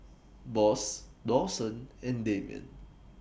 Boss Dawson and Damien